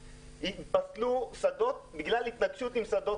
יתבטלו שדות בגלל התנגשות עם שדות